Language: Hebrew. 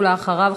ואחריו,